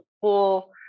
full